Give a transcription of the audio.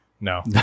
no